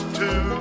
two